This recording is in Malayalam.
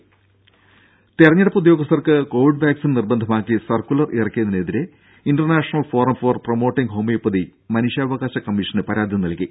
ദേദ തിരഞ്ഞെടുപ്പ് ഉദ്യോഗസ്ഥർക്ക് കോവിഡ് വാക്സിൻ നിർബന്ധമാക്കി സർക്കുലർ ഇറക്കിയതിനെതിരെ International Forum for Promoting Homoeopathy മനുഷ്യാവകാശ കമ്മീഷന് പരാതി നൽകി